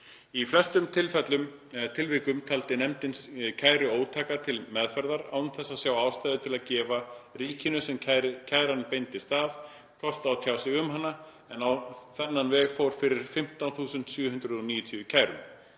Í flestum tilvikum taldi nefndin kæru ótæka til meðferðar án þess að sjá ástæðu til að gefa ríkinu, sem kæra beindist að, kost á að tjá sig um hana, en á þennan veg fór fyrir 15.790 kærum.